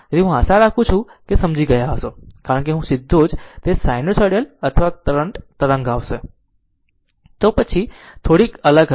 તેથી હું આશા રાખું છું કે સમજ્યા છે કારણ કે જો હું સીધો તે સીનુસાઇડિયલ અથવા કરંટ તરંગ આવશે તો પછી લાગણી થોડી અલગ હશે